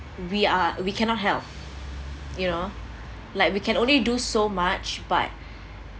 we are we cannot help you know like we can only do so much but